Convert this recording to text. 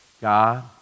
God